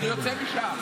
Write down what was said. --- אני יוצא משם.